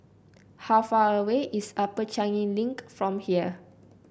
how far away is Upper Changi Link from here